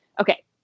Okay